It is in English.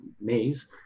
maze